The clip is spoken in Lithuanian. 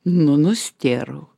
nu nustėrau